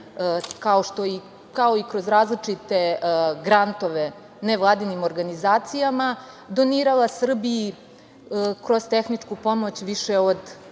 kao i kroz različite grantove, nevladinim organizacijama donirala Srbiji kroz tehničku pomoć više od